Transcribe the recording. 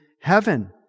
heaven